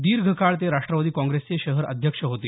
दिर्घकाळ ते राष्ट्रवादी काँग्रेसचे शहर अध्यक्ष होते